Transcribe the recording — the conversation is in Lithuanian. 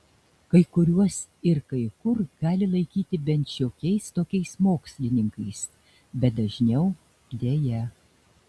kai kuriuos ir kai kur gali laikyti bent šiokiais tokiais mokslininkais bet dažniau deja